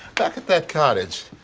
back at that cottage.